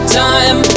time